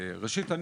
ראשית,